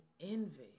envy